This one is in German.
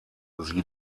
sie